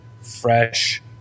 fresh